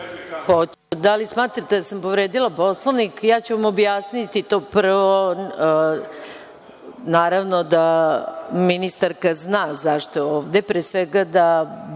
Da li smatrate da sam povredila Poslovnik? Ja ću vam objasniti to prvo. Naravno da ministarka zna zašto je ovde. Pre svega da